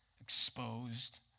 exposed